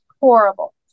horrible